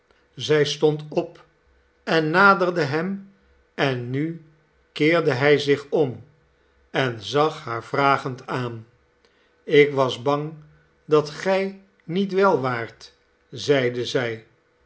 zij stond op en naderde hem en nu keerde hij zich om en zag haar vragend aan ik was bang dat gij niet wel waart zeide zij